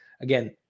Again